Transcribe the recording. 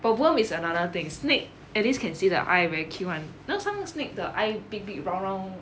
but worm is another thing snake at least can see the eye very cute [one] you know some snake the eye big big round round